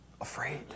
Afraid